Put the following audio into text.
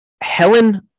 Helen